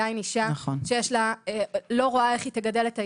אישה שלא יודעת איך תוכל לגדל את הילד,